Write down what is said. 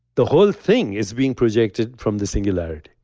the whole thing is being projected from the singularity,